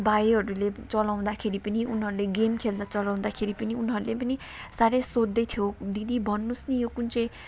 भाइहरूले चलाउँदाखेरि पनि उनीहरूले गेम खेल्दा चलाउँदाखेरि पनि उनीहरूले पनि साह्रै सोध्दैथियो दिदी भन्नुस् नि यो कुन चाहिँ